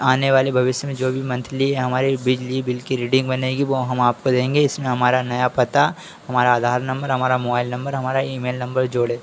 आने वाले भविष्य में जो भी मंथली हमारी बिजली बिल की रीडिंग बनेगी वह हम आपको देंगे इसमें हमारा नया पता हमरा आधार नम्मर हमरा मोआइल नंबर हमारा इमेल नंबर जोड़ें